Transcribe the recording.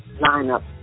lineup